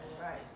Right